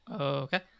Okay